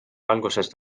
algusest